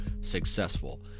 successful